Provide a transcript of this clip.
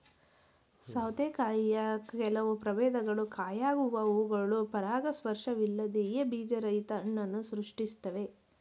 ಸೌತೆಕಾಯಿಯ ಕೆಲವು ಪ್ರಭೇದಗಳು ಕಾಯಾಗುವ ಹೂವುಗಳು ಪರಾಗಸ್ಪರ್ಶವಿಲ್ಲದೆಯೇ ಬೀಜರಹಿತ ಹಣ್ಣನ್ನು ಸೃಷ್ಟಿಸ್ತವೆ